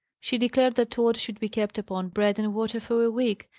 she declared that tod should be kept upon bread and water for a week,